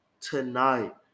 tonight